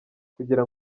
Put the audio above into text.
kugira